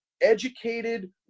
educated